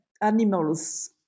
animals